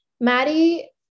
Maddie –